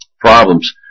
problems